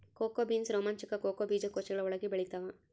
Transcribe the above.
cocoa beans ರೋಮಾಂಚಕ cocoa ಬೀಜಕೋಶಗಳ ಒಳಗೆ ಬೆಳೆತ್ತವ